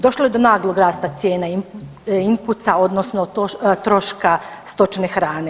Došlo je do naglog rasta cijena inputa odnosno troška stočne hrane.